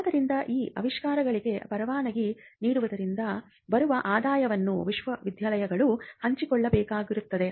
ಆದ್ದರಿಂದ ಈ ಆವಿಷ್ಕಾರಗಳಿಗೆ ಪರವಾನಗಿ ನೀಡುವುದರಿಂದ ಬರುವ ಆದಾಯವನ್ನು ವಿಶ್ವವಿದ್ಯಾಲಯಗಳು ಹಂಚಿಕೊಳ್ಳಬೇಕಾಗಿತ್ತು